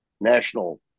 national